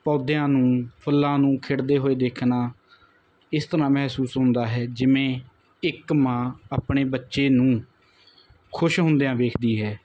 ਪੌਦਿਆਂ ਨੂੰ ਫੁੱਲਾਂ ਨੂੰ ਖਿੜਦੇ ਹੋਏ ਦੇਖਣਾ ਇਸ ਤਰ੍ਹਾਂ ਮਹਿਸੂਸ ਹੁੰਦਾ ਹੈ ਜਿਵੇਂ ਇੱਕ ਮਾਂ ਆਪਣੇ ਬੱਚੇ ਨੂੰ ਖੁਸ਼ ਹੁੰਦਿਆਂ ਵੇਖਦੀ ਹੈ